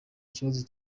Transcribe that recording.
kibazo